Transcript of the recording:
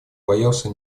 боялся